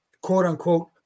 quote-unquote